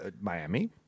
Miami